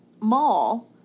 mall